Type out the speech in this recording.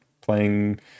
playing